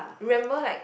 remember like